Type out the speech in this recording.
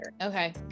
Okay